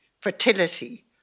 fertility